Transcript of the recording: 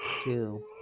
two